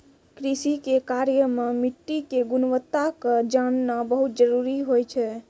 कृषि के कार्य मॅ मिट्टी के गुणवत्ता क जानना बहुत जरूरी होय छै